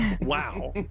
Wow